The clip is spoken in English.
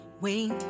wait